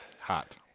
Hot